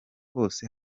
hose